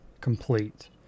Complete